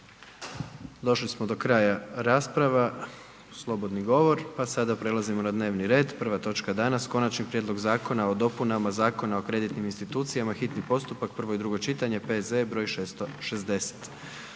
Došli smo do kraja rasprava slobodni govor, pa sada prelazimo na dnevni red, prva točka danas: - Konačni prijedlog Zakona o dopunama Zakona o kreditnim institucijama, hitni postupak, prvo i drugo čitanje, P.Z.E. broj 660